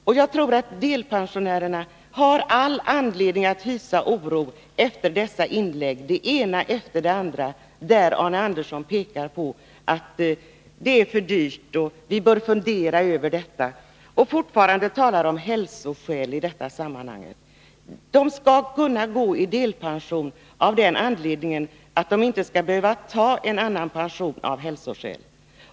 Däremot tror jag att delpensionärerna har all anledning att hysa oro efter de inlägg, det ena efter det andra, där Arne Andersson pekar på att det är för dyrt och att vi bör fundera över problemen, samtidigt som han fortfarande talar om hälsoskäl i detta sammanhang. De skall kunna gå i delpension av den anledningen att de inte skall behöva ta annan pension av hälsoskäl.